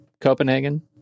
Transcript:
Copenhagen